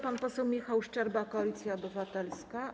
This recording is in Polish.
Pan poseł Michał Szczerba, Koalicja Obywatelska.